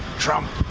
trump!